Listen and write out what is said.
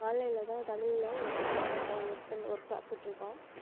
ஆன்லைனில் தான் தமிழ்ல ஒர்க் பண்ணிட்டு இருக்கோம் ஒர்க் பார்த்துட்டு இருக்கோம்